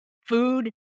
food